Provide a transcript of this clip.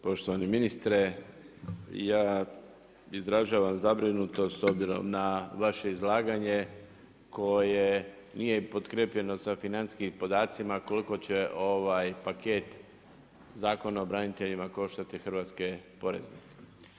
Poštovani ministre, ja izražavam zabrinutost s obzirom na vaše izlaganje koje nije potkrijepljeno sa financijskim podacima koliko će paket zakona o braniteljima koštati hrvatske poreznike.